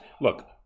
look